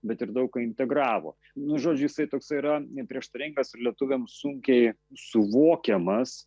bet ir daug ką integravo nu žodžiu jisai toksai yra prieštaringas ir lietuviams sunkiai suvokiamas